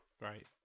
right